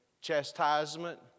Chastisement